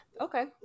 Okay